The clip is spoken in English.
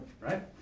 right